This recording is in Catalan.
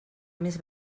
més